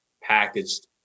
packaged